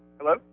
Hello